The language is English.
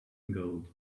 gold